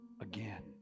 again